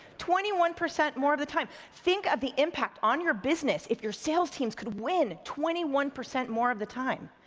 twenty one percent more of the time. think of the impact on your business if your sales teams could win twenty one percent more of the time.